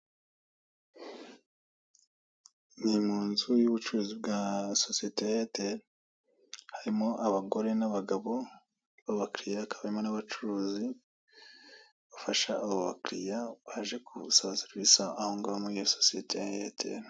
Ni mu nzu y'ubucuruzi bwa sosiyete ya eyateli. Harimo abagore n'abagabo b'abakiriya, hakaba harimo n'abacuruzi bashafa abo bakiriya baje gusaba serivise ahongaho muri iyo sosiyete ya eyateli.